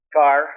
car